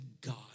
God